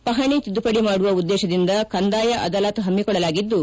ಪಹಣಿ ತಿದ್ದುಪಡಿ ಮಾಡುವ ಉದ್ದೇಶದಿಂದ ಕಂದಾಯ ಅದಾಲತ್ ಹಮ್ನಿಕೊಳ್ಳಲಾಗಿದ್ದು